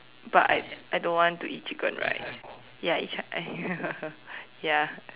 but I I don't want to eat chicken rice ya I try ya